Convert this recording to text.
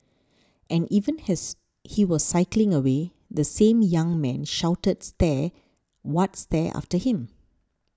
and even as he was cycling away the same young man shouted stare what stare after him